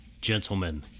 gentlemen